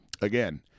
again